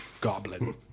Goblin